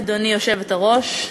אדוני היושבת-ראש,